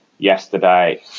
Yesterday